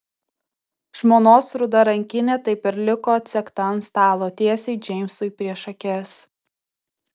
žmonos ruda rankinė taip ir liko atsegta ant stalo tiesiai džeimsui prieš akis